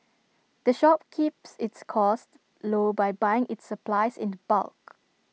the shop keeps its costs low by buying its supplies in bulk